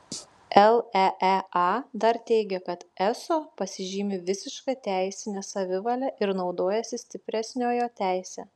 leea dar teigia kad eso pasižymi visiška teisine savivale ir naudojasi stipresniojo teise